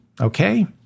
okay